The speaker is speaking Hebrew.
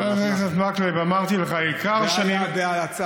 חבר הכנסת מקלב, אמרתי לך, זה היה בהלצה.